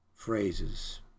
phrases